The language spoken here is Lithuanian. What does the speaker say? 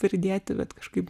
pridėti bet kažkaip